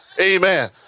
Amen